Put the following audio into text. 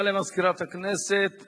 ייצוג הולם לנשים בבחירות לרשויות המקומיות),